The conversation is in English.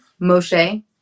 Moshe